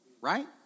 Right